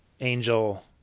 Angel